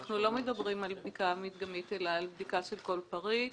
אנחנו לא מדברים על בדיקה מדגמית אלא על בדיקה של כל פריט.